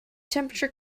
temperature